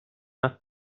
not